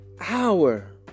hour